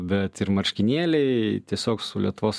bet ir marškinėliai tiesiog su lietuvos